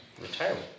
Retirement